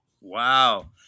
Wow